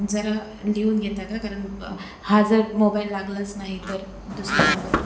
जरा लिहून घेता का कारण हा जर मोबाईल लागलाच नाही तर दुसरा नंबर